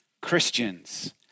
Christians